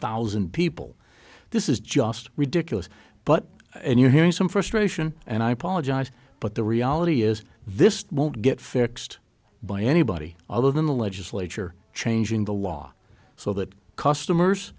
thousand people this is just ridiculous but you're hearing some frustration and i apologize but the reality is this won't get fixed by anybody other than the legislature changing the law so that customers